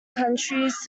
countries